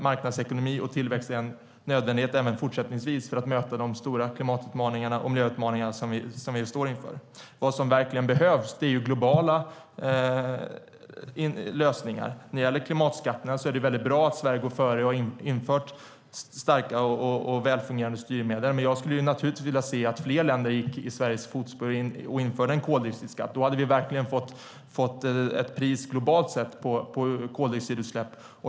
Marknadsekonomi och tillväxt är en nödvändighet även fortsättningsvis för att möta de stora klimat och miljöutmaningar som vi står inför. Vad som verkligen behövs är globala lösningar. När det gäller klimatskatterna är det bra att Sverige går före och har infört starka och välfungerande styrmedel, men jag skulle givetvis vilja se att fler länder gick i Sveriges fotspår och införde en koldioxidskatt. Då hade vi fått ett pris globalt sett på koldioxidutsläpp.